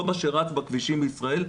כל מה שרץ בכבישים בישראל,